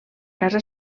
casa